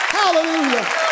hallelujah